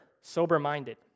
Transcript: sober-minded